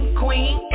queen